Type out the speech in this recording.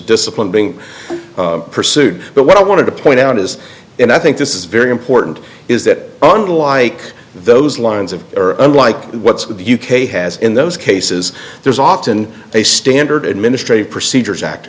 discipline being pursued but what i want to point out is and i think this is very important is that unlike those lines of unlike what the u k has in those cases there's often a standard administrative procedures act